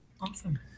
Awesome